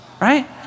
right